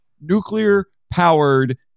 nuclear-powered